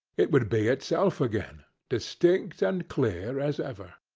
it would be itself again distinct and clear as ever.